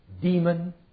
demon